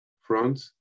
front